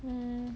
mm